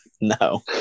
No